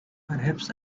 perhaps